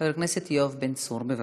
חבר הכנסת יואב בן צור, בבקשה.